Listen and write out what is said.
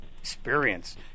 Experience